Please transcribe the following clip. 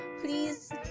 Please